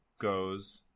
goes